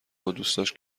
بادوستاش